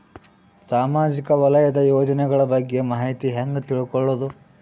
ಸಾಮಾಜಿಕ ವಲಯದ ಯೋಜನೆಗಳ ಬಗ್ಗೆ ಮಾಹಿತಿ ಹ್ಯಾಂಗ ತಿಳ್ಕೊಳ್ಳುದು?